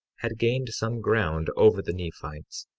had gained some ground over the nephites,